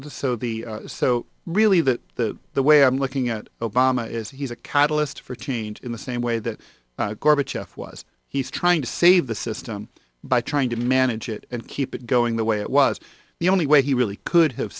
the so the so really the the way i'm looking at obama is he's a catalyst for change in the same way that gorbachev was he's trying to save the system by trying to manage it and keep it going the way it was the only way he really could have